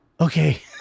okay